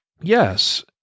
Yes